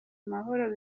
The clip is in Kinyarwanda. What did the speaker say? mahoro